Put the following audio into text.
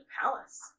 palace